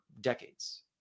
decades